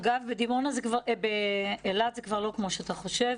אגב, באילת זה כבר לא כמו שאתה חושב.